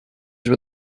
were